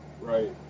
Right